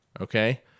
okay